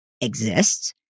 exists